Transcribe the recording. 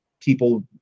people